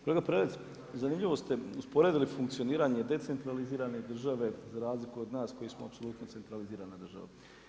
Kolega Prelec, zanimljivo ste usporedili funkcioniranje decentralizirane države za razliku od nas koja smo apsolutno centralizirana država.